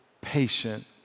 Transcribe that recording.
patient